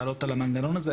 לעלות על המנגנון הזה,